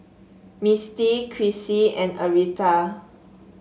Misty Krissy and Aretha